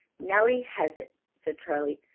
nellie has it, said charley.